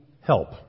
help